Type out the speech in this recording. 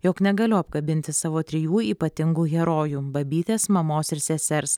jog negaliu apkabinti savo trijų ypatingų herojų babytės mamos ir sesers